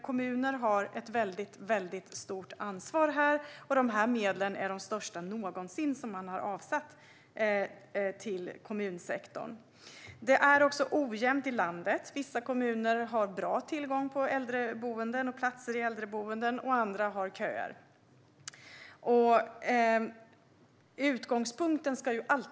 Kommuner har därför ett väldigt stort ansvar, och de medel som har avsatts till kommunsektorn är de största någonsin. Det är ojämnt i landet. Vissa kommuner har bra tillgång på äldreboenden och platser på äldreboenden medan andra har köer.